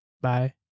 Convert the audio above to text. Bye